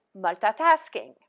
multitasking